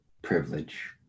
Privilege